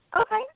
Okay